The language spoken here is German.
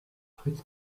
fritz